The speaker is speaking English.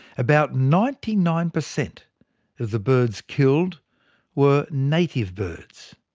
about ninety nine percent of the birds killed were native birds.